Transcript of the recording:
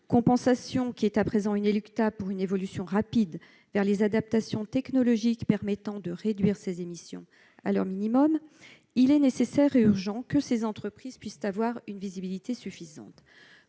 compensation qui est à présent inéluctable pour une évolution rapide vers les adaptations technologiques permettant de réduire ces émissions à leur minimum. Il est nécessaire et urgent que ces entreprises puissent avoir une visibilité suffisante